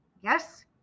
Yes